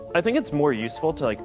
i think it's more useful to, like